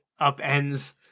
upends